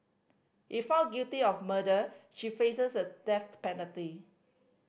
if found guilty of murder she faces the death penalty